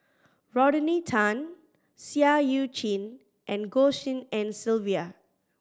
Rodney Tan Seah Eu Chin and Goh Tshin En Sylvia